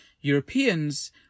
Europeans